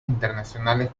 internacionales